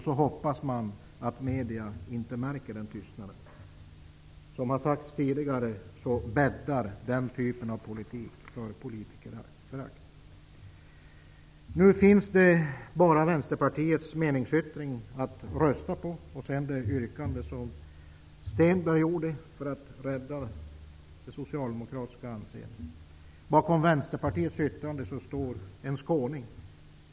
Så hoppas man att media inte märker tystnaden. Den typen av politik bäddar för politikerförakt. Nu finns det bara Vänsterpartiets meningsyttring att rösta på och det yrkande som Hans Stenberg framförde för att rädda det socialdemokratiska anseendet. Bakom Vänsterpartiets yttrande står en skåning.